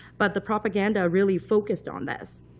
but the propaganda really focused on this.